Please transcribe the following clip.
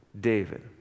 David